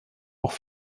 auch